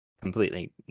completely